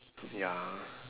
ya